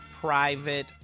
Private